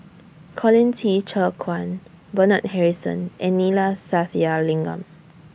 Colin Qi Zhe Quan Bernard Harrison and Neila Sathyalingam